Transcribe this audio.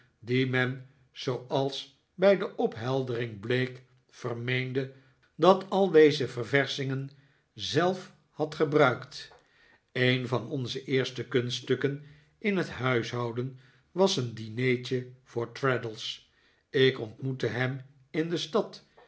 die men zooals bij de opheldering bleek vermeende dat al deze ververschingen zelf had gebruikt een van onze eerste kunststukken in het huishouden was een dinertje voor traddles ik ontmoette hem in de stad